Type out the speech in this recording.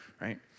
Right